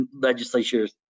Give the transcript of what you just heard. legislatures